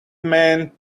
man